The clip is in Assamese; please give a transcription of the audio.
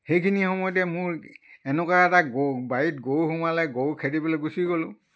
সেইখিনি সময়তে মোৰ এনেকুৱা এটা গৰু বাৰীত গৰু সোমালে গৰু খেদিবলৈ গুচি গ'লোঁ